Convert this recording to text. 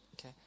okay